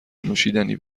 نوشیدنی